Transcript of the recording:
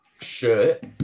shirt